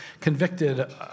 convicted